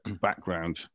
background